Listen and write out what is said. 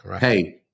hey